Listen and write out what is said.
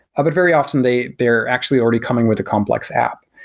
ah but very often they they are actually already coming with a complex app.